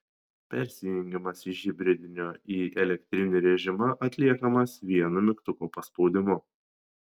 persijungimas iš hibridinio į elektrinį režimą atliekamas vienu mygtuko paspaudimu